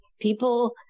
People